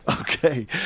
Okay